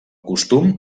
costum